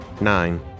Nine